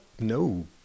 no